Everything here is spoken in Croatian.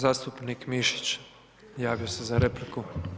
Zastupnik Mišić, javio se za repliku.